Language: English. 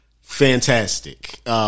Fantastic